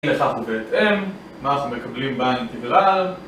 אי לכך ובהתאם, מה אנחנו מקבלים באינטגרל